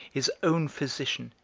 his own physician,